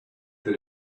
that